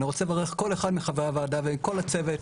ואני רוצה לברך כל אחד מחברי הוועדה ולכל הצוות